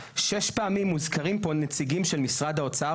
שש פעמים מוזכרים נציגים של משרד האוצר,